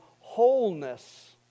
wholeness